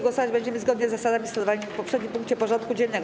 Głosować będziemy zgodnie z zasadami stosowanymi w poprzednim punkcie porządku dziennego.